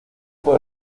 por